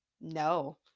no